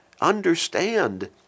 understand